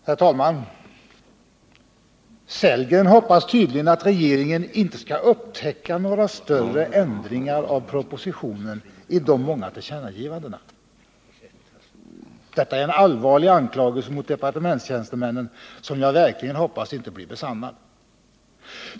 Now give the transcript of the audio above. Herr talman! Rolf Sellgren hoppas tydligen att regeringen inte skall upptäcka några större förändringar av propositionen i de många tillkännagivandena. Detta är en allvarlig anklagelse mot departementstjänstemännen, som jag verkligen hoppas inte kommer att visa sig vara berättigad.